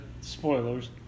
spoilers